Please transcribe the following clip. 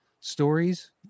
stories